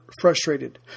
frustrated